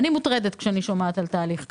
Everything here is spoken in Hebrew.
אני מוטרדת כשאני שומעת על תהליך כזה.